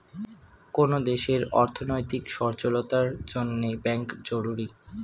কোন দেশের অর্থনৈতিক সচলতার জন্যে ব্যাঙ্ক জরুরি